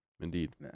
indeed